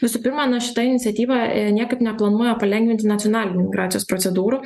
visų pirma na šita iniciatyva niekaip neplanuoja palengvinti nacionalinių migracijos procedūrų